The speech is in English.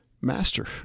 Master